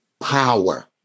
power